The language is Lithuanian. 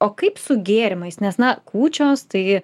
o kaip su gėrimais nes na kūčios tai